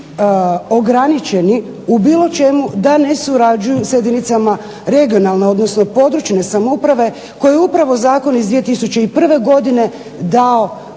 u bilo čemu da ne surađuju sa jedinicama regionalne odnosno područne samouprave koji upravo zakon iz 2001. godine dao